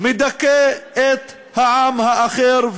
מדכא את העם האחר,